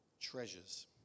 treasures